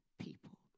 people